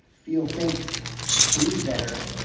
feel think breathe better,